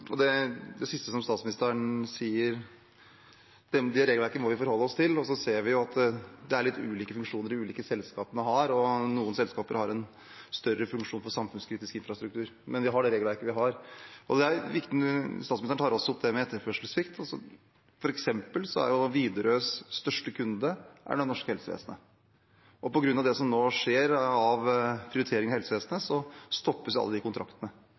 vi forholde oss til. Men så ser vi at de ulike selskapene har litt ulike funksjoner, og noen selskaper har en større funksjon for samfunnskritisk infrastruktur. Men vi har det regelverket vi har. Statsministeren tar også opp det med etterspørselssvikt. For eksempel er Widerøes største kunde det norske helsevesenet. På grunn av det som nå skjer av prioriteringer i helsevesenet, stoppes alle de kontraktene.